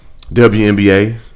WNBA